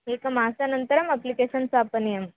एकमासानन्तरम् application स्थापनीयम्